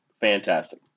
fantastic